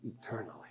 eternally